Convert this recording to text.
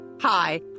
Hi